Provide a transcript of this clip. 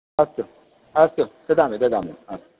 अस्तु अस्तु ददामि ददामि आम्